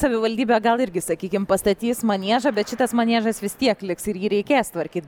savivaldybė gal irgi sakykim pastatys maniežą bet šitas maniežas vis tiek liks ir jį reikės tvarkyt